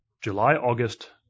July-August